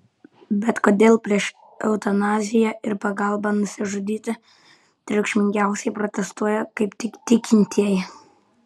bet kodėl prieš eutanaziją ir pagalbą nusižudyti triukšmingiausiai protestuoja kaip tik tikintieji